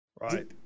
right